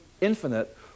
infinite